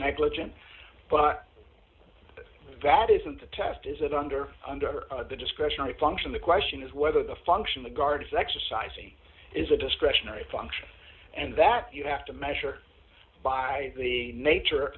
negligent but that isn't the test is that under under the discretionary function the question is whether the function the guard is exercising is a discretionary function and that you have to measure by the nature of